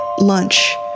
lunch